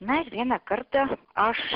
mes vieną kartą aš